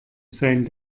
sein